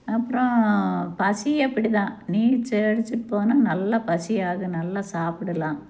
அப்புறம் பசி அப்படி தான் நீச்சல் அடித்து போனால் நல்லா பசியாகி நல்லா சாப்பிடலாம்